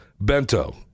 Bento